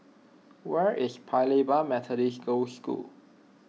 where is Paya Lebar Methodist Girls' School